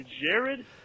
Jared